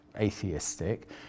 atheistic